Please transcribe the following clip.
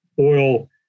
oil